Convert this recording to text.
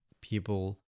people